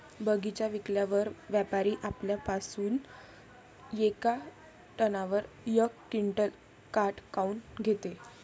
बगीचा विकल्यावर व्यापारी आपल्या पासुन येका टनावर यक क्विंटल काट काऊन घेते?